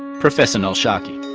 professor noel sharkey.